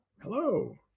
hello